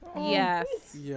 Yes